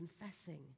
confessing